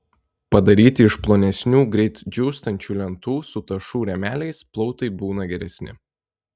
padaryti iš plonesnių greit džiūstančių lentų su tašų rėmeliais plautai būna geresni